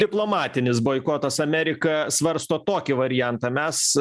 diplomatinis boikotas amerika svarsto tokį variantą mes